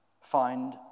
find